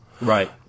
right